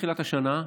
מתחילת השנה,